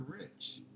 rich